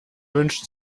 wünscht